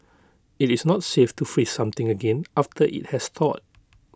IT is not safe to freeze something again after IT has thawed